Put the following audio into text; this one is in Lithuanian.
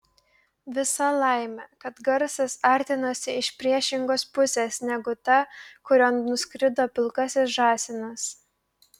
visa laimė kad garsas artinosi iš priešingos pusės negu ta kurion nuskrido pilkasis žąsinas